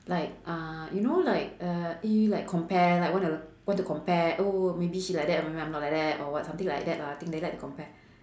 like uh you know like uh eh like compare like wanna want to compare oh maybe she like that maybe I not like that think or what something like that lah they like to compare